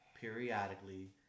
periodically